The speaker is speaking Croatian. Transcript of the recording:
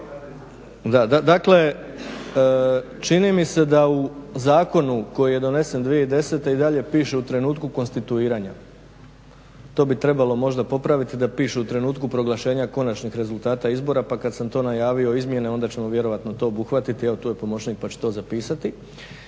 Dakle, čini mi se da u zakonu koji je donesen 2010. i dalje piše u trenutku konstituiranja. To bi trebalo možda popraviti da piše u trenutku proglašenja konačnih rezultata izbora pa kad sam to najavio izmjene onda ćemo vjerojatno to obuhvatiti evo tu je pomoćnik pa će to zapisati